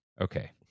okay